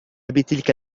بتلك